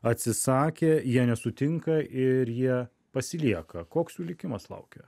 atsisakė jie nesutinka ir jie pasilieka koks jų likimas laukia